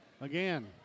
Again